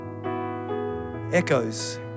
echoes